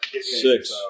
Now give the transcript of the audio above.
Six